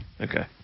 Okay